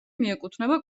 მიეკუთვნება